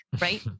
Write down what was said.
right